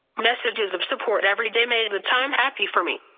messages of support every day made the time happy for me.